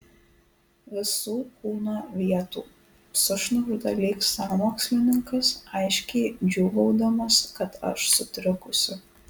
visų kūno vietų sušnabžda lyg sąmokslininkas aiškiai džiūgaudamas kad aš sutrikusi